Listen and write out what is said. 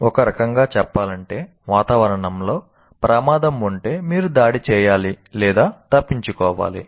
ఒక రకంగా చెప్పాలంటే వాతావరణంలో ప్రమాదం ఉంటే మీరు దాడి చేయాలి లేదా తప్పించుకోవాలి